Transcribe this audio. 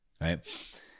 right